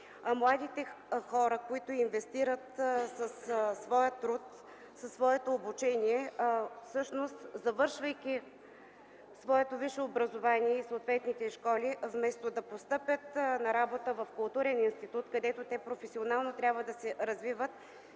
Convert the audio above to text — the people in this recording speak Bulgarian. Младите хора, които инвестират в своето обучение и труд, завършвайки висшето си образование и съответните школи, вместо да постъпят на работа в културен институт, където професионално да се развиват,